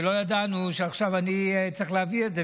ולא ידענו שעכשיו אני צריך להביא את זה,